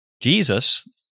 Jesus